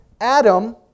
Adam